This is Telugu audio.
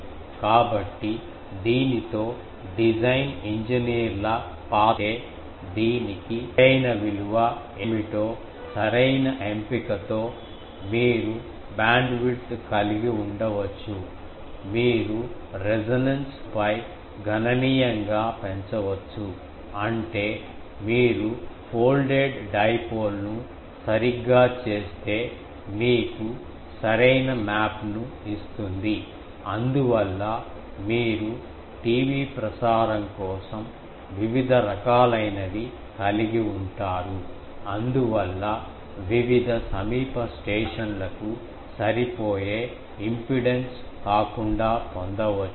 కాబట్టి దీనితో డిజైన్ ఇంజనీర్ల పాత్ర ఏమిటంటే దీనికి సరైన విలువ ఏమిటో సరైన ఎంపిక తో మీరు బ్యాండ్విడ్త్ కలిగి ఉండవచ్చు మీరు రెసొనెన్స్ డైపోల్ పై గణనీయంగా పెంచవచ్చు అంటే మీరు ఫోల్డెడ్ డైపోల్ ను సరిగ్గా చేస్తే మీకు సరైన మ్యాప్ను ఇస్తుంది అందువల్ల మీరు టీవీ ప్రసారం కోసం వివిధ రకాలైనవి కలిగి ఉంటారు అందువల్ల వివిధ సమీప స్టేషన్లకు సరిపోయే ఇంపిడెన్స్ కాకుండా పొందవచ్చు